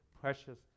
precious